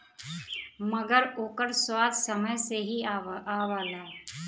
मगर ओकर स्वाद समय से ही आवला